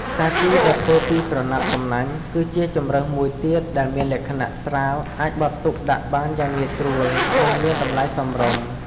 សាជីដែលធ្វើពីក្រណាត់សំណាញ់ គឺជាជម្រើសមួយទៀតដែលមានលក្ខណៈស្រាល អាចបត់ទុកដាក់បានយ៉ាងងាយស្រួល និងមានតម្លៃសមរម្យ។